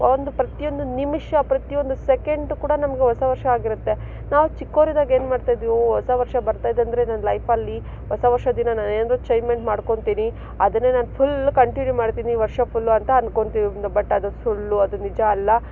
ಒಂದು ಪ್ರತಿಯೊಂದು ನಿಮಿಷ ಪ್ರತಿಯೊಂದು ಸೆಕೆಂಡು ಕೂಡ ನಮಗೆ ಹೊಸ ವರ್ಷ ಆಗಿರತ್ತೆ ನಾವು ಚಿಕ್ಕೋರಿದ್ದಾಗ ಏನು ಮಾಡ್ತಾ ಇದ್ವಿ ಓಹ್ ಹೊಸ ವರ್ಷ ಬರ್ತಾ ಇದೆ ಅಂದರೆ ನಮ್ಮ ಲೈಫಲ್ಲಿ ಹೊಸ ವರ್ಷ ದಿನ ನಾನು ಏನಾದರೂ ಚೇಂಜ್ಮೆಂಟ್ ಮಾಡ್ಕೊತೀನಿ ಅದನ್ನೇ ನಾನು ಫುಲ್ಲು ಕಂಟಿನ್ಯೂ ಮಾಡ್ತೀನಿ ವರ್ಷ ಫುಲ್ಲು ಅಂತ ಅನ್ಕೊತೀವಿ ಬಟ್ ಅದು ಸುಳ್ಳು ಅದು ನಿಜ ಅಲ್ಲ